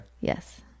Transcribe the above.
Yes